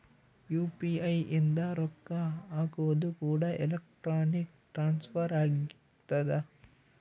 UPI ಇಂದ ರೊಕ್ಕ ಹಕೋದು ಕೂಡ ಎಲೆಕ್ಟ್ರಾನಿಕ್ ಟ್ರಾನ್ಸ್ಫರ್ ಆಗ್ತದ